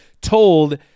told